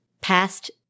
past